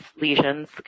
lesions